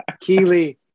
Keely